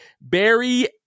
Barry